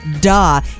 duh